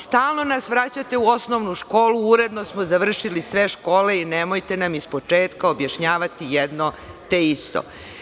Stalno nas vraćate u osnovnu školu, a uredno smo završili sve škole i nemojte nam iz početka objašnjavati jedno te isto.